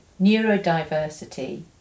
neurodiversity